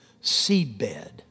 seedbed